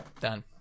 Done